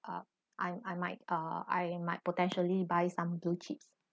uh I I might uh I might potentially by some blue chips